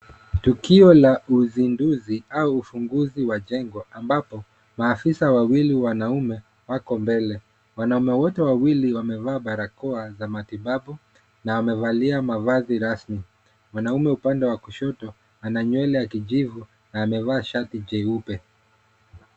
Tukio la uzinduzi au ufunguzi wa jengo ambapo maafisa wawili wanaume wako mbele. Wanaume wote wawili wamevaa barakoa za matibabu na wamevalia mavazi rasmi. Mwanaume upande wa kushoto ana nywele ya kijivu na amevaa shati jeupe.